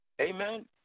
Amen